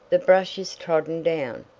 the brush is trodden down,